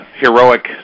heroic